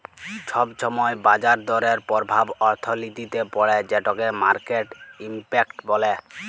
ছব ছময় বাজার দরের পরভাব অথ্থলিতিতে পড়ে যেটকে মার্কেট ইম্প্যাক্ট ব্যলে